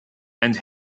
and